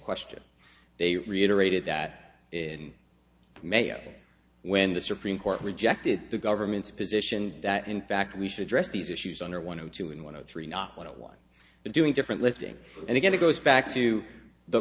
question they reiterated that in may when the supreme court rejected the government's position that in fact we should dress these issues under one of two and one of three not one but doing different lifting and again it goes back to the